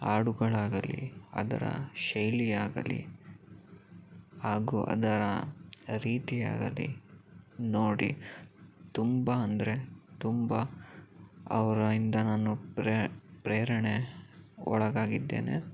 ಹಾಡುಗಳಾಗಲಿ ಅದರ ಶೈಲಿಯಾಗಲಿ ಹಾಗೂ ಅದರ ರೀತಿಯಾಗಲಿ ನೋಡಿ ತುಂಬ ಅಂದರೆ ತುಂಬ ಅವರಿಂದ ನಾನು ಪ್ರೇರಣೆ ಒಳಗಾಗಿದ್ದೇನೆ